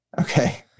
Okay